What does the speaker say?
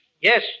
Yes